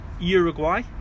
Uruguay